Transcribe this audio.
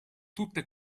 tutte